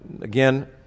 again